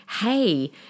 hey